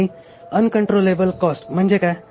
आणि uncontrollable cost म्हणजे काय